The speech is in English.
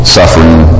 suffering